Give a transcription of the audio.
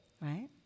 right